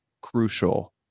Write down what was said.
crucial